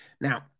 Now